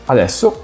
Adesso